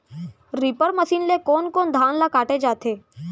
Reaper मशीन ले कोन कोन धान ल काटे जाथे?